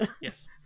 Yes